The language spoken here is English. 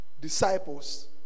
disciples